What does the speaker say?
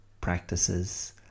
practices